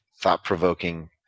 thought-provoking